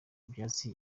ivyatsi